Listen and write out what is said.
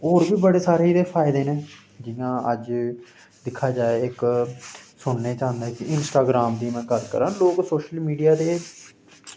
होर बी बड़े सारे एह्दे फायदे न जि'यां अज्ज दिक्खा जाए इक्क सुनने च आंदा कि इंस्टाग्राम दी में गल्ल करांऽ लोक सोशल मीडिया दे